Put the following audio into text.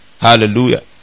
Hallelujah